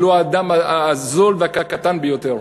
ולו האדם הזול והקטן ביותר,